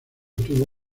tuvo